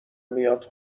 میاد